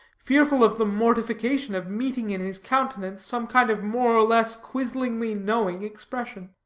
fearful of the mortification of meeting in his countenance some kind of more or less quizzingly-knowing expression.